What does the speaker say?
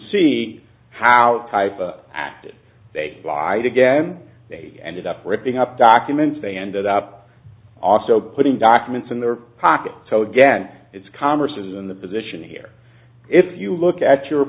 see how type acted they lied again they ended up ripping up documents they ended up also putting documents in their pocket so again it's commerce is in the position here if you look at your